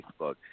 Facebook